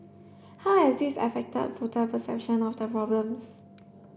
how has this affected voter perception of the problems